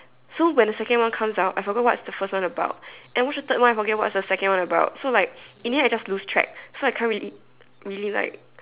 so when the second one comes out I forgot what's the first one about and I watch the third one I forgot what's the second one about so like in the end I just lose track so I can't really really like